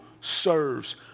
serves